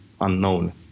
unknown